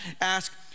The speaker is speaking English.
ask